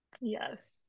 Yes